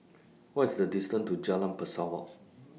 What IS The distance to Jalan Pesawat